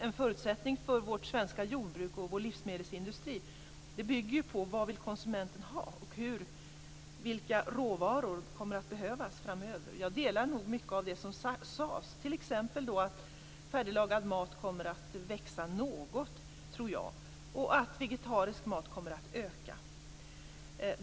En förutsättning för vårt svenska jordbruk och vår livsmedelsindustri bygger ju på vad konsumenten vill ha och vilka råvaror som kommer att behövas framöver. Jag delar nog mycket av det som sades, t.ex. att färdiglagad mat kommer att växa något och att vegetarisk mat kommer att öka i omfattning.